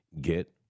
get